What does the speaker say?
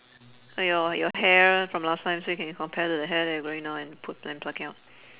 oh yo~ your hair from last time so you can compare to your hair that you're growing now and pu~ pluck it out